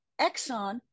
Exxon